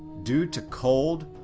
due to cold,